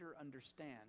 understand